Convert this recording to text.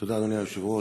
תודה, אדוני היושב-ראש.